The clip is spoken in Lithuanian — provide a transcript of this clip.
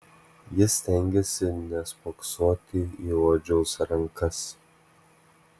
jis stengėsi nespoksoti į odžiaus rankas